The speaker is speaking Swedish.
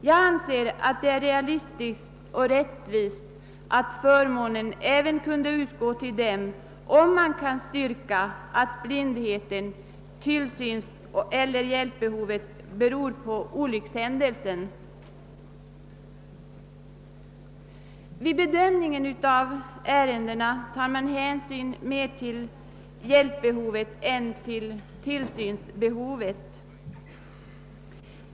Jag anser att det är rättvist att den förmånen skall utgå även till dem, om de kan styrka att blindheten eller tillsynsoch hjälpbehovet beror på olyckshändelsen. Vid bedömningen av sådana ärenden tar man större hänsyn till hjälpbehovet än till tillsynsbehovet.